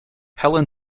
helen